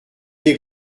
des